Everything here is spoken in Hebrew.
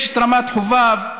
רמת חובב,